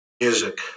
Music